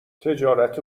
تجارت